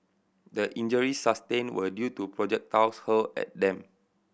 the injuries sustained were due to projectiles hurled at them